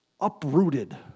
uprooted